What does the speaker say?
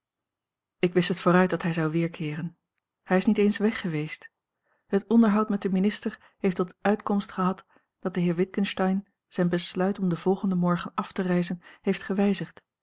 ik wist het vooruit dat hij zou weerkeeren hij is niet eens weg geweest het onderhoud met den minister heeft tot uitkomst gehad dat de heer witgensteyn zijn besluit om den volgenden morgen af te reizen heeft gewijzigd